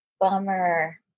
bummer